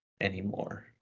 anymore